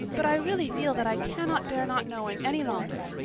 but i really feel that i cannot bear not knowing any longer.